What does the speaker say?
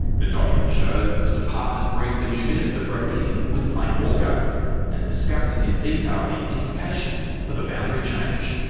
the document shows that the department briefed the new minister for a meeting with lang walker and discusses in detail the implications of a boundary change.